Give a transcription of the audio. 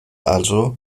also